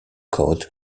code